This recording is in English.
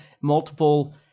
multiple